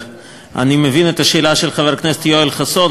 אני מבין את השאלה של חבר הכנסת יואל חסון.